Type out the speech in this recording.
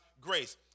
grace